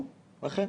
ואכן